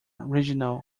regional